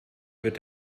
wird